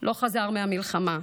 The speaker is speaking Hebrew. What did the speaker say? לא חזר מהמלחמה,